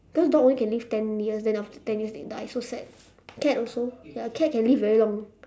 cause dogs only can live ten years then after ten years they die so sad cat also ya cat can live very long